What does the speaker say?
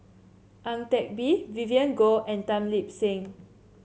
Ang Teck Bee Vivien Goh and Tan Lip Seng